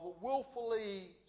willfully